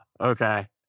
Okay